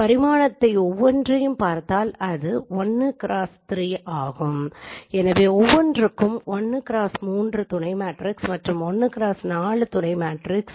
பரிமாணத்தை ஒவ்வொன்றையும் பாரத்தால் அது 1x3 ஆகும் எனவே ஒவ்வொன்றும் ஒரு 1x3 துணை மேட்ரிக்ஸ் மற்றும் 1x4 துணை மேட்ரிக்ஸ்